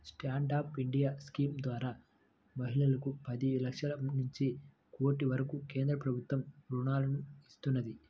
stand up India scheme ద్వారా మహిళలకు పది లక్షల నుంచి కోటి వరకు కేంద్ర ప్రభుత్వం రుణాలను ఇస్తున్నది